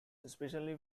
especially